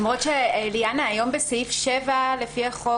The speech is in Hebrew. היום בסעיף 7 לפי החוק,